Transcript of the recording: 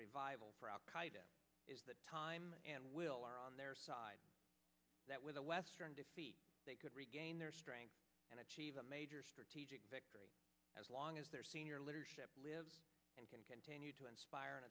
qaida is that time and will are on their side that with a western defeat they could regain their strength and achieve a major strategic victory as long as their senior leadership lives and can continue to inspir